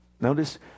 Notice